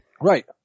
Right